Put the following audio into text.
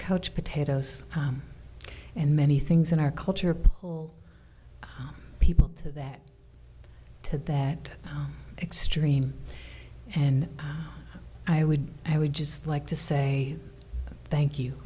coach potatoes and many things in our culture pull people to that to that extreme and i would i would just like to say thank you